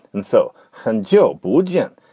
and so honjo boudin,